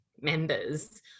members